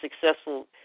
successful